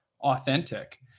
authentic